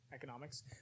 Economics